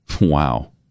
Wow